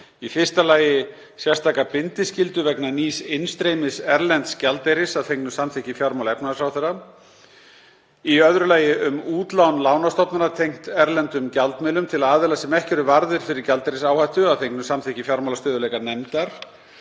Í fyrsta lagi sérstaka bindiskyldu vegna nýs innstreymis erlends gjaldeyris, að fengnu samþykki fjármála- og efnahagsráðherra, í öðru lagi um útlán lánastofnana tengd erlendum gjaldmiðlum til aðila sem ekki eru varðir fyrir gjaldeyrisáhættu, að fengnu samþykki fjármálastöðugleikanefndar,